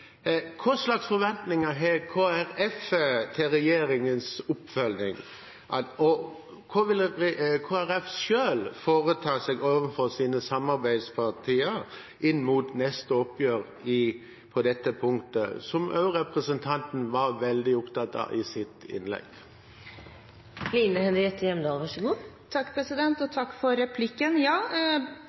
Hva slags forventninger har Kristelig Folkeparti til regjeringens oppfølging? Og hva vil Kristelig Folkeparti selv foreta seg overfor samarbeidspartiene inn mot neste oppgjør på dette punktet, som også representanten var veldig opptatt av i sitt innlegg? Takk for replikken. Ja,